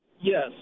Yes